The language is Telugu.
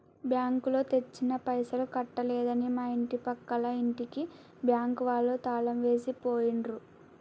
బ్యాంకులో తెచ్చిన పైసలు కట్టలేదని మా ఇంటి పక్కల ఇంటికి బ్యాంకు వాళ్ళు తాళం వేసి పోయిండ్రు